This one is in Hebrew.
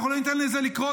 אנחנו לא ניתן לזה לקרות,